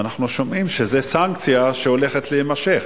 ואנחנו שומעים שזאת סנקציה שהולכת להימשך.